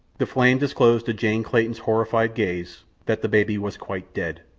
the flame disclosed to jane clayton's horrified gaze that the baby was quite dead.